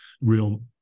real